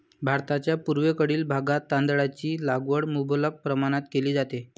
भारताच्या पूर्वेकडील भागात तांदळाची लागवड मुबलक प्रमाणात केली जाते